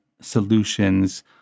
solutions